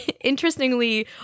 interestingly